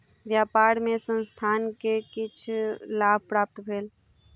व्यापार मे संस्थान के किछ लाभ प्राप्त भेल